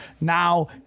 now